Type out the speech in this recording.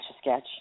sketch